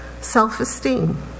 self-esteem